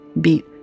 beat